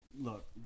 look